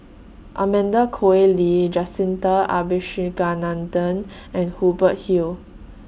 Amanda Koe Lee Jacintha Abisheganaden and Hubert Hill